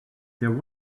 there